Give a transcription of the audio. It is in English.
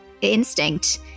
instinct